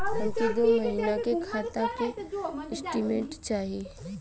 हमके दो महीना के खाता के स्टेटमेंट चाही?